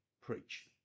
preach